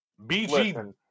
bg